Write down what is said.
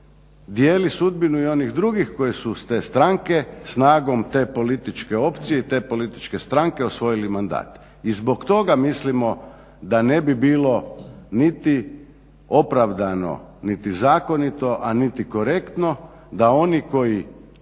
dijeli sudbinu i onih drugih koji su iz te stranke, snagom te političke opcije i te političke stranke osvojili mandat. I zbog toga mislimo da ne bi bilo niti opravdano niti zakonito, a niti korektno da oni koji